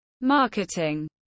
marketing